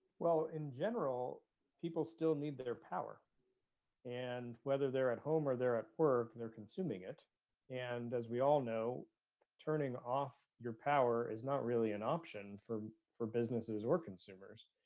well in general people still need that air power and whether they're at home, or they're at work. they're consuming it and as we all know turning off your power is not really an option for for businesses or consumers